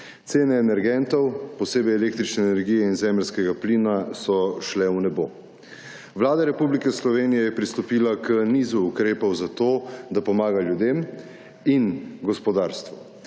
Cene energentov, posebej električne energije in zemeljskega plina so šle v nebo. Vlada Republike Slovenije je pristopila k nizu ukrepov zato, da pomaga ljudem in gospodarstvu.